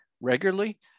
regularly